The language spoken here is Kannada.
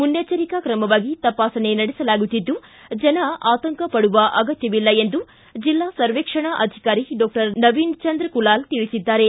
ಮುನ್ನೆಚ್ಚರಿಕಾ ಕ್ರಮವಾಗಿ ತಪಾಸಣೆ ನಡೆಸಲಾಗುತ್ತಿದ್ದು ಜನ ಆತಂಕ ಪಡುವ ಅಗತ್ಯವಿಲ್ಲ ಎಂದು ಜಿಲ್ಲಾ ಸರ್ವೇಕ್ಷಣಾ ಅಧಿಕಾರಿ ಡಾಕ್ಟರ್ ನವೀನಚಂದ್ರ ಕುಲಾಲ್ ತಿಳಿಸಿದ್ದಾರೆ